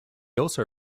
also